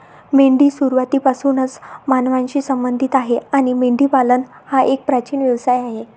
मेंढी सुरुवातीपासूनच मानवांशी संबंधित आहे आणि मेंढीपालन हा एक प्राचीन व्यवसाय आहे